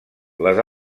les